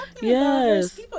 Yes